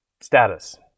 Status